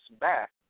back